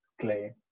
Clay